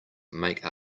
make